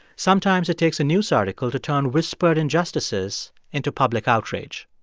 sometimes it takes a news article to turn whispered injustices into public outrage.